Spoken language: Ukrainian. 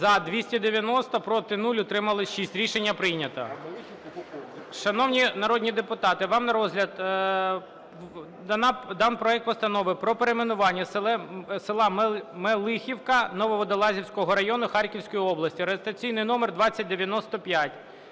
За – 290, проти – 0, утримались – 6. Рішення прийнято. Шановні народні депутати, вам на розгляд дан проект Постанови про перейменування села Мелихівка Нововодолазького району Харківської області (реєстраційний номер 2095).